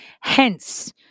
Hence